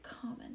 common